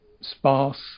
sparse